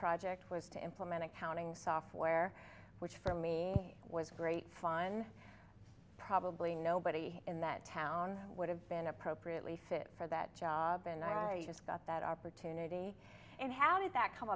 project was to implement accounting software which for me was great fun probably nobody in that town would have been appropriately fit for that job and i got that opportunity and how did that come